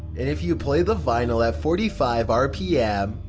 and if you play the vinyl at forty five rpm,